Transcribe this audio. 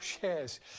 shares